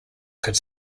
could